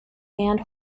hand